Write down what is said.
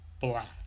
black